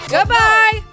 Goodbye